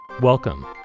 Welcome